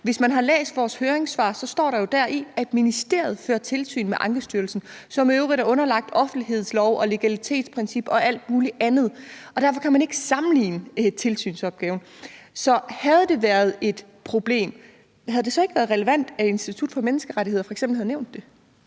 Hvis man har læst vores høringssvar, kan man jo se, at der deri står, at ministeriet fører tilsyn med Ankestyrelsen, som i øvrigt er underlagt offentlighedsloven og legalitetsprincippet og alt mulig andet. Derfor kan man ikke sammenligne tilsynsopgaverne. Så hvis det var et problem, havde det så ikke været relevant, at Institut for Menneskerettigheder f.eks. havde nævnt det?